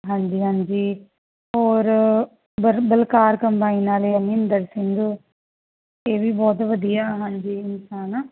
ਹਾਂਜੀ ਹਾਂਜੀ ਹੋਰ ਬਰ ਬਲਕਾਰ ਕੰਬਾਈਨ ਵਾਲੇ ਆ ਇੰਦਰ ਸਿੰਘ ਇਹ ਵੀ ਬਹੁਤ ਵਧੀਆ ਹਾਂਜੀ ਇਨਸਾਨ ਆ